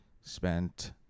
spent